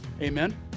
Amen